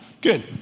Good